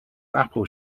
apple